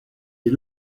les